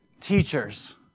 teachers